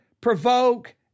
provoke